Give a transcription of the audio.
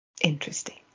interesting